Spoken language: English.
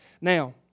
Now